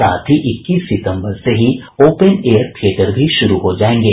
साथ ही इक्कीस सितम्बर से ही ओपेन एयर थियेटर भी शुरू हो जायेंगे